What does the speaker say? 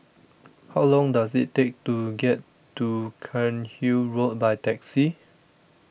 How Long Does IT Take to get to Cairnhill Road By Taxi